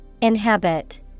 Inhabit